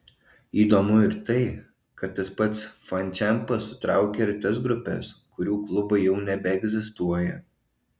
įdomu ir tai kad tas pats fančempas sutraukia ir tas grupes kurių klubai jau nebeegzistuoja